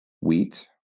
wheat